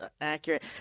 accurate